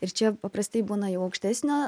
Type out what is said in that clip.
ir čia paprastai būna jau aukštesnio